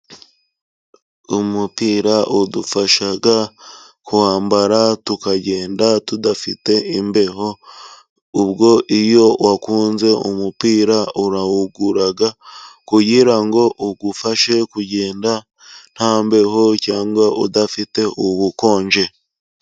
Umupira udufasha kuwambara tukagenda tudafite imbeho ,ubwo iyo wakunze umupira urawugura kugira ngo ugufashe kugenda nta mbeho cyangwa udafite ubukonje.